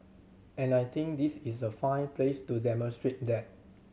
and I think this is a fine place to demonstrate that